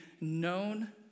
known